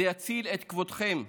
זה יציל את כבודכם,